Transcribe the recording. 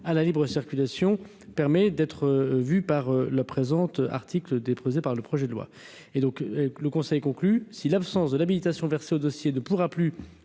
à la libre-circulation permet d'être vu par le présente articles déposés par le projet de loi et donc le Conseil conclut. Si l'absence de l'habilitation versé au dossier ne pourra plus